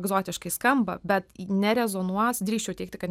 egzotiškai skamba bet nerezonuos drįsčiau teigti kad